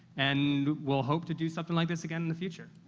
and we'll hope to do something like this again in the future.